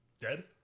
Dead